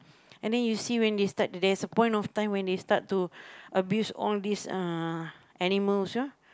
and then you see when they start there's a point of time when they start to abuse all these uh animals ah